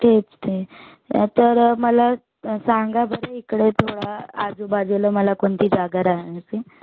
तेच ते तर मला सांगा बरं इकडे थोडा आजूबाजूला मला कोणती जागा राहण्याची